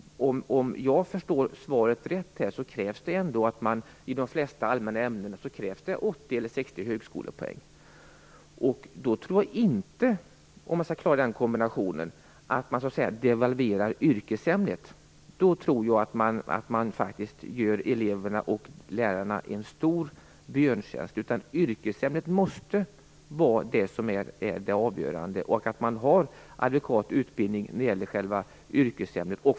I de flesta allmänna ämnen krävs det ändå 80 eller 60 högskolepoäng. Jag tror inte att man så att säga devalverar yrkesämnet för att klara den kombinationen, utan det tror jag skulle vara att göra eleverna och lärarna en stor björntjänst. Yrkesämnet måste vara det avgörande, att man som lärare har adekvat utbildning när det gäller själva yrkesämnet.